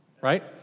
Right